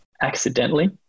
accidentally